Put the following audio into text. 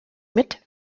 mit